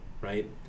Right